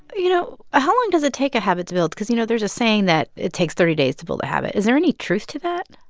you know, how long does it take a habit to build? cause you know, there's a saying that it takes thirty days to build a habit. is there any truth to that?